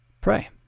Pray